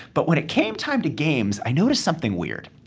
but when it came time to games, i noticed something weird.